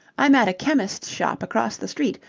i'm at a chemist's shop across the street.